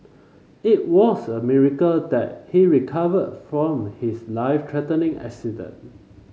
it was a miracle that he recovered from his life threatening accident